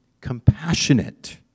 compassionate